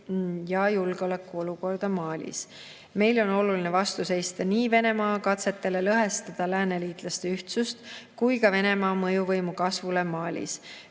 ja julgeolekuolukorda Malis. Meie jaoks on oluline seista vastu nii Venemaa katsetele lõhestada lääneliitlaste ühtsust kui ka Venemaa mõjuvõimu kasvule Malis.